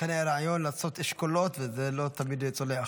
לכן היה רעיון לעשות אשכולות, וזה לא תמיד צולח.